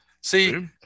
See